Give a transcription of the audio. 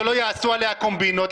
שלא יעשו עליה קומבינות,